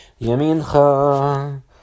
Yamincha